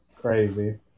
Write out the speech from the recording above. Crazy